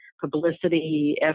publicity